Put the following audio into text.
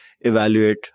evaluate